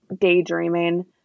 Daydreaming